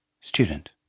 Student